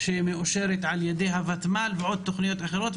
שמאושרת ע"י הוותמ"ל ותוכניות אחרות.